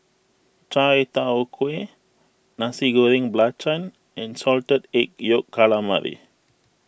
Chai Tow Kway Nasi Goreng Belacan and Salted Egg Yolk Calamari